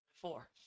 Four